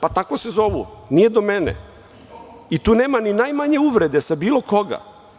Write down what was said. Pa, tako se zovu, nije do mene i tu nema ni najmanje uvrede za bilo koga.